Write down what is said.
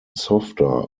softer